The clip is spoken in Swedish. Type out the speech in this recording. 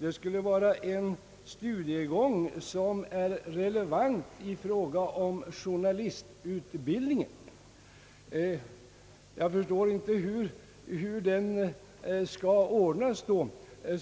det skulle vara en studiegång som är relevant när det gäller journalistutbildningen. Jag förstår inte hur den skall ordnas.